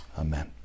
Amen